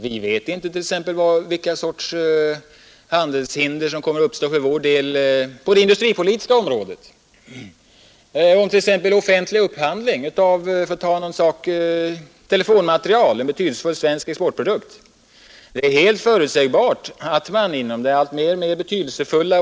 Vi vet t.ex. inte vilken sorts handelshinder som kommer att uppstå på det industripolitiska området. Jag kan nämna en sådan sak som offentlig upphandling av t.ex. telefonmateriel, en betydelsefull svensk exportprodukt. De bestämmelser som reglerar den offentliga upphandlingen blir alltmer betydelsefulla.